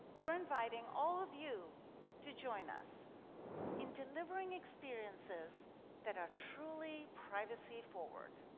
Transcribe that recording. we're inviting all of you to join us in delivering experiences that are truly privacy-forward.